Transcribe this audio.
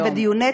תודה.